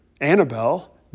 Annabelle